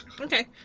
Okay